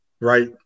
Right